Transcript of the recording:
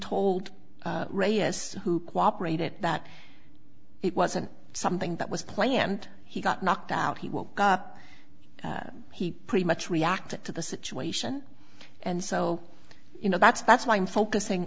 reyes who cooperated that it wasn't something that was planned he got knocked out he woke up he pretty much reacted to the situation and so you know that's that's why i'm focusing